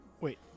Wait